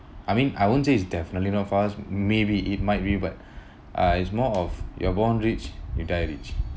I mean I won't say is definitely not for us maybe it might be but uh it's more of you're born rich you die rich